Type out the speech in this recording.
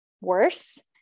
worse